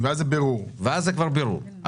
אז זה כבר בירור.